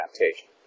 adaptation